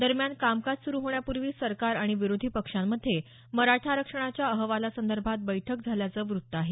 दरम्यान कामकाज सुरु होण्यापूर्वी सरकार आणि विरोधी पक्षांमध्ये मराठा आरक्षणाच्या अहवालासंदर्भात बैठक झाल्याचं वृत्त आहे